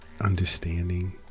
understanding